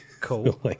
Cool